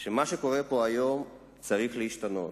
אני חושב שמה שקורה פה היום צריך להשתנות,